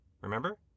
Remember